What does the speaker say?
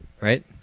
right